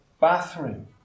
bathroom